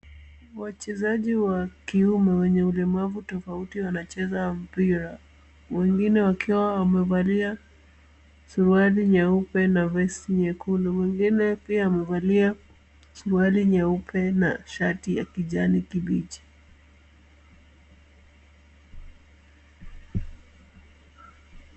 Wachezaji wa kiume wenye ulemavu tofauti wanacheza mpira wengine wakiwa wamevalia suruali nyeupe na vesti nyekundu. Mwingine pia amevalia suruali nyeupe na shati ya kijani kibichi.